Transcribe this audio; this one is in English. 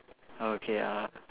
okay uh